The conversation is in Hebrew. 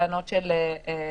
טענות של הטרדה.